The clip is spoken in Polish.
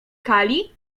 kali